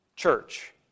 church